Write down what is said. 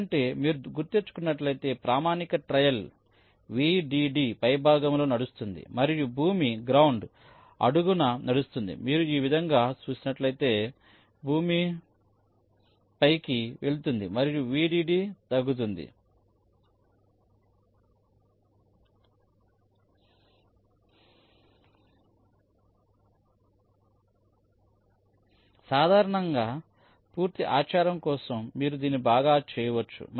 ఎందుకంటే మీరు గుర్తు తెచ్చుకున్నట్లయితే ప్రామాణిక ట్రయల్ VDD పైభాగంలో నడుస్తుంది మరియు భూమి అడుగున నడుస్తుందిమీరు ఈ విధంగా చెప్పినట్లయితే భూమి పైకి వెళ్తుంది మరియు VDD తగ్గుతుందికానీ సాధారణ పూర్తి ఆచారం కోసం మీరు దీన్ని బాగా చేయవచ్చు